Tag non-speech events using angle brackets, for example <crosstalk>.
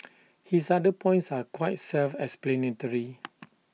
<noise> his other points are quite self explanatory